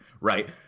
right